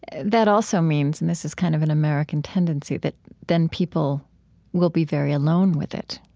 that also means and this is kind of an american tendency that then people will be very alone with it,